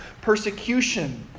Persecution